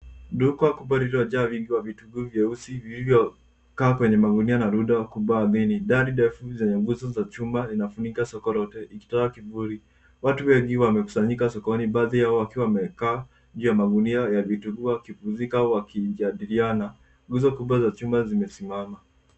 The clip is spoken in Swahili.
Duka kubwa lililojaa wingi wa vitunguu vyeusi vilivyokaa kwenye magunia na rundo kubwa mingi. Dari refu zenye nguso za chuma zinafunika soko lote ikitoa kivuli. Watu wengi wamekusanyika sokoni, baadhi yao wakiwa wamekaa juu ya magunia ya vitunguu wakipumzika au wakijadiliana. Nguzo kubwa za chuma zimesimama.